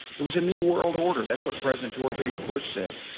it was a new world order, that's what president george h. bush said.